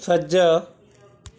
ਸੱਜਾ